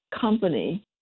company